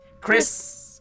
Chris